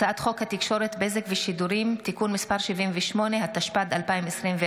הצעת חוק התקשורת (בזק ושידורים) (תיקון מס' 78) התשפ"ד 2024,